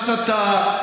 "טיקט" ההסתה,